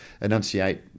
enunciate